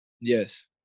Yes